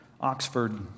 Oxford